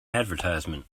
advertisement